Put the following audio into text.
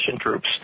troops